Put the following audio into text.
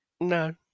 no